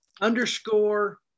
underscore